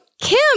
Kim